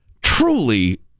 truly